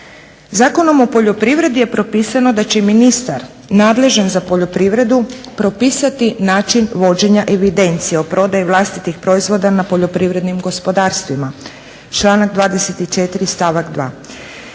Zakonom o poljoprivredi je propisano da će i ministar nadležan za poljoprivredu propisati način vođenja evidencije o prodaji vlastitih proizvoda na poljoprivrednim gospodarstvima članak 24. stavak 2.